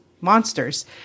monsters